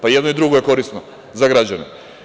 Pa, i jedno i drugo je korisno za građane.